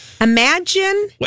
Imagine